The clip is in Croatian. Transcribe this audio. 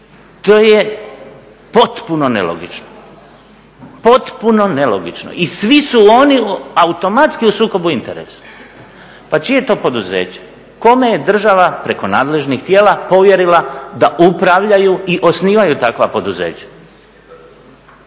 To je potpuno nelogično i svi su oni automatski u sukobu interesa. Pa čije je to poduzeće? Kome je država preko nadležnih tijela povjerila da upravljaju i osnivaju takva poduzeća?